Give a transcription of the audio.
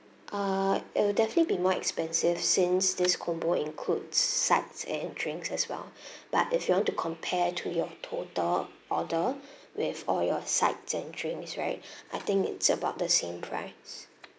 err it'll definitely be more expensive since this combo includes sides and drinks as well but if you want to compare to your total order with all your side and drinks right I think it's about the same price